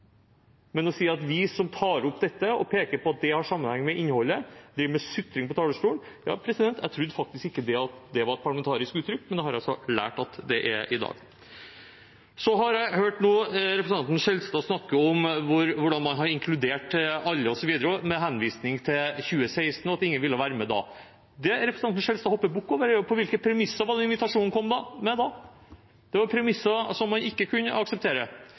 Men å si at vi som tar opp dette og peker på at det har sammenheng med innholdet, driver med sutring fra talerstolen – president, jeg trodde faktisk ikke det var et parlamentarisk uttrykk, men det har jeg altså lært at det er i dag. Så har jeg nå hørt representanten Skjelstad snakke om hvordan man har inkludert alle osv., med henvisning til 2016 og at ingen ville være med da. Det representanten Skjelstad hopper bukk over, er jo hvilke premisser det var invitasjonen kom med da. Det var premisser som man ikke kunne akseptere.